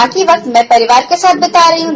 बाकी वक्त में परिवार के साथ बीता रही हूं